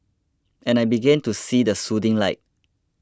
and I began to see the soothing light